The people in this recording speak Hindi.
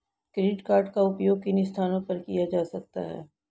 क्रेडिट कार्ड का उपयोग किन स्थानों पर किया जा सकता है?